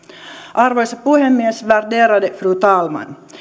arvoisa puhemies värderade fru talman